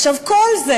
עכשיו, כל זה,